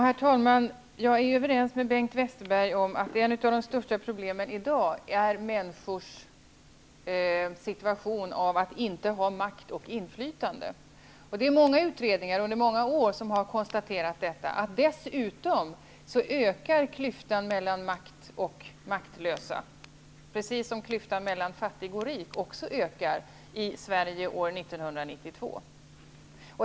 Herr talman! Jag är överens med Bengt Westerberg om att ett av de största problemen i dag är att människor upplever att de inte har makt och inflytande. Många utredningar under många år har konstaterat att klyftan mellan de som har makt och de maktlösa dessutom ökar, precis som klyftan mellan fattig och rik också ökar i Sverige år 1992.